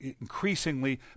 increasingly